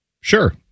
Sure